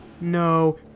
No